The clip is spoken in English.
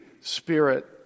spirit